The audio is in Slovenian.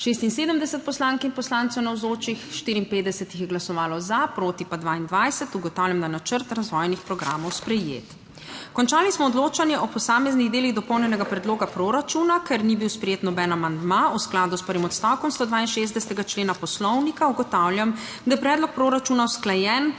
54 jih je glasovalo za, proti pa 22. (Za je glasovalo 54.) (Proti 22.) Ugotavljam, da je načrt razvojnih programov sprejet. Končali smo odločanje o posameznih delih dopolnjenega predloga proračuna. Ker ni bil sprejet noben amandma. V skladu s prvim odstavkom 162. člena Poslovnika ugotavljam, da je predlog proračuna usklajen